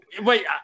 wait